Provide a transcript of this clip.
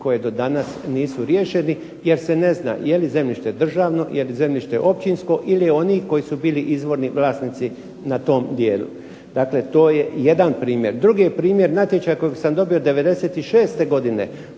koji do danas nisu riješeni, jer se ne zna je li zemljište državno, je li zemljište općinsko ili oni koji su bili izvorni vlasnici na tom dijelu. Dakle to je jedan primjer. Drugi je primjer natječaja kojeg sam dobio '96. godine,